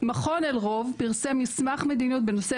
מכון אלרוב פרסם מסמך מדיניות בנושא